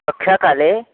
कक्षाकाले